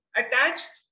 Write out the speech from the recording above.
attached